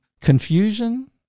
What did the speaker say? Confusion